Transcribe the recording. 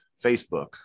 Facebook